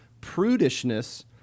prudishness